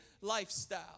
lifestyle